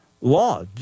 law